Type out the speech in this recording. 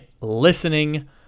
listening